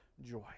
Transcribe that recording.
joy